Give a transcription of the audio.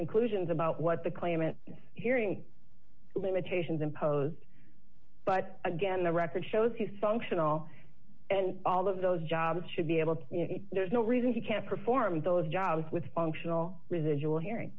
conclusions about what the claimant hearing limitations imposed but again the record shows he's functional and all of those jobs should be able to there's no reason he can't perform those jobs with functional residual hearing